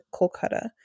Kolkata